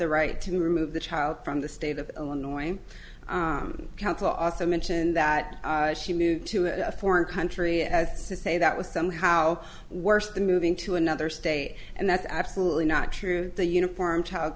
the right to remove the child from the state of illinois counsel also mentioned that she moved to a foreign country as to say that was somehow worse than moving to another state and that's absolutely not true the uniform child